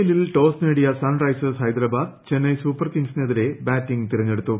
എല്ലിൽ ടോസ് നേട്ടിയ് Sunrisers Hyderabad Chennai super കിംഗ്സിന്റിരെ ബാറ്റിംഗ് തെരഞ്ഞെടുത്തു